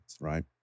right